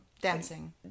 Dancing